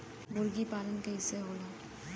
मुर्गी पालन कैसे होला?